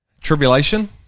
tribulation